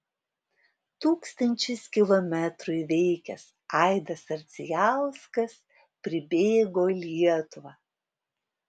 tūkstančius kilometrų įveikęs aidas ardzijauskas pribėgo lietuvą